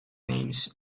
names